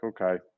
okay